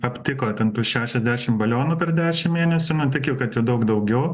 aptiko ten tų šešiasdešim balionų per dešim mėnesių ne tik jau kad jų daug daugiau